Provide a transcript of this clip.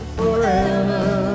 forever